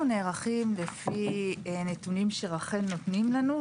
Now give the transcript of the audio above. אנחנו נערכים לפי נתונים שרח"ל נותנים לנו,